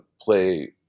play